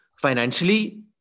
financially